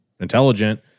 intelligent